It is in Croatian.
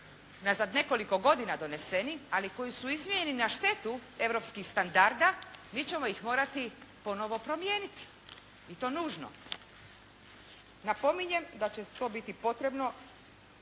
unazad nekoliko godina doneseni ali koji su izmijenjeni na štetu europskih standarda mi ćemo ih morati ponovno promijeniti i to nužno. Napominjem da će to biti potrebno